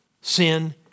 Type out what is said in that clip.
sin